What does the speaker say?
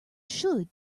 should